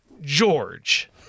George